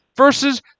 Versus